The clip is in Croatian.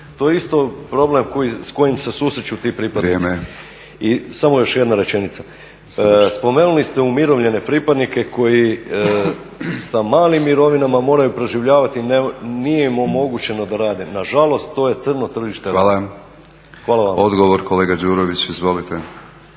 to je isto problem s kojim se susreću ti pripadnici. Smo još jedna rečenica. Spomenuli ste umirovljene pripadnike koji sa malim mirovinama moraju preživljavati i nije im omogućeno da rade, nažalost to je crno tržište rada. Hvala. **Batinić, Milorad